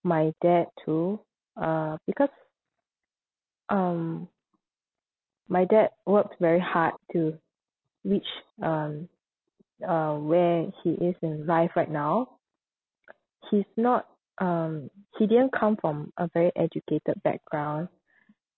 my dad too uh because um my dad worked very hard to reach um uh where he is in life right now he's not um he didn't come from a very educated background